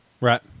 right